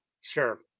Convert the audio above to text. Sure